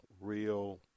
real